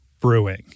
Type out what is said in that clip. Brewing